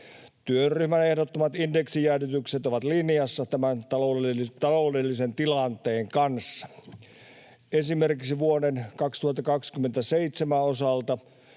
Työryhmän ehdottamat indeksijäädytykset ovat linjassa tämän taloudellisen tilanteen kanssa. Esimerkiksi vuoden 2027 osalta